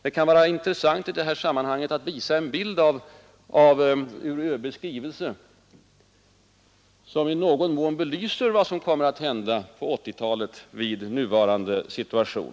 Det kan vara intressant i det här sammanhanget att visa en bild ur ÖB:s skrivelse som i någon mån belyser vad som kommer att hända på 1980-talet vid nuvarande situation.